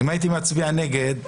לפרוטוקול, אם הייתי מצביע נגד,